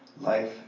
Life